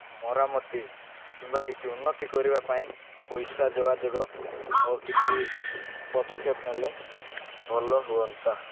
ମରାମତି କିମ୍ବା କିଛି ଉନ୍ନତି କରିବା ପାଇଁ ପଇସା ଯୋଗାଯୋଗ ଓ କିଛି ପଦକ୍ଷେପ ନେଲେ ଭଲ ହୁଅନ୍ତା